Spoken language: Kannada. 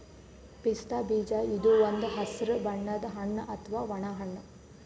ಪಿಸ್ತಾ ಬೀಜ ಇದು ಒಂದ್ ಹಸ್ರ್ ಬಣ್ಣದ್ ಹಣ್ಣ್ ಅಥವಾ ಒಣ ಹಣ್ಣ್